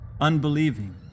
unbelieving